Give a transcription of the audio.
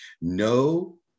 No